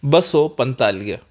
ॿ सौ पंजतालीह